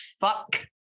fuck